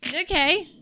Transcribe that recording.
Okay